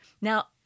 Now